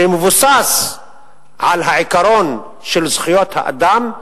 שמבוסס על העיקרון של זכויות האדם.